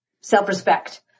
self-respect